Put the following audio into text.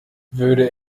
würde